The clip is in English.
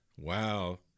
Wow